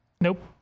nope